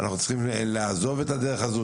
אנחנו צריכים לעזוב את הדרך הזו,